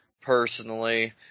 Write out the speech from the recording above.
personally